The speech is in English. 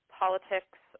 politics